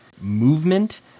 movement